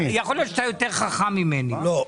יכול להיות שאתה יותר חכם ממני לא.